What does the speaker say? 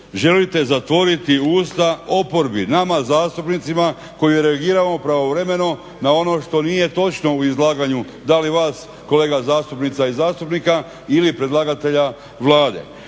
Želite zatvoriti usta oporbi, nama zastupnicima koji reagiramo pravovremeno na ono što nije točno u izlaganju, da li vas kolega zastupnica i zastupnika ili predlagatelja Vlade.